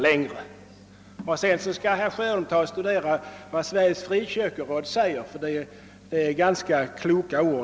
Vidare vill jag rekommendera herr Sjöholm att studera vad Sveriges frikyrkoråd säger, ty det är ganska kloka ord.